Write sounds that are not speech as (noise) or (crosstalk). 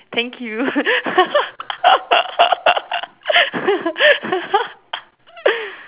thank you (laughs)